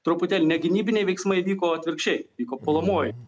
truputėlį ne gynybiniai veiksmai vyko atvirkščiai vyko puolamoji